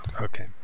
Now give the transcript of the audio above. Okay